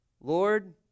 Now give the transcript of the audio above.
Lord